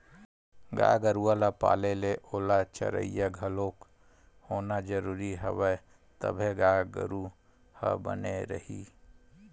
गाय गरुवा के पाले ले ओला चरइया घलोक होना जरुरी हवय तभे गाय गरु ह बने रइही